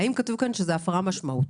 האם כתוב כאן שזאת הפרה משמעותית?